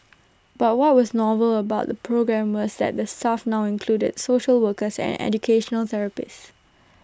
but what was novel about the programme was that the staff now included social workers and educational therapists